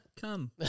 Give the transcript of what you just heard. Come